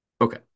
Okay